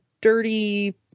dirty